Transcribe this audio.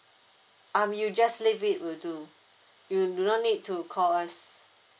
um you just leave it will do you do not need to call us